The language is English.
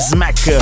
Smack